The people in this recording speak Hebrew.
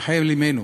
רחל אמנו.